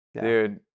dude